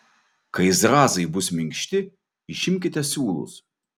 kai zrazai bus minkšti išimkite siūlus